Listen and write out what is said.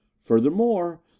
furthermore